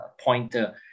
pointer